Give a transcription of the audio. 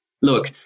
Look